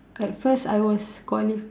at first I was quali~